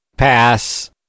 pass